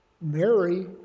Mary